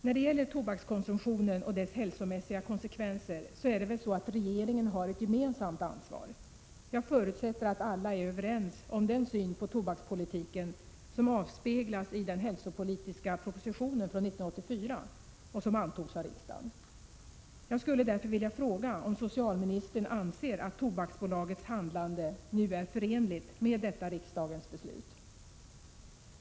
När det gäller tobakskonsumtionen och dess hälsomässiga konsekvenser är det väl så att regeringen har ett gemensamt ansvar. Jag förutsätter att alla är överens om den syn på tobakspolitiken som avspeglas i den hälsopolitiska propositionen från 1984 och som antogs av riksdagen.